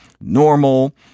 normal